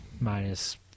minus